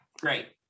great